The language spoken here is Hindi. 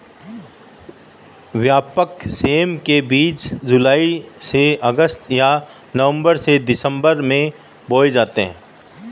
व्यापक सेम के बीज जुलाई से अगस्त या नवंबर से दिसंबर में बोए जाते हैं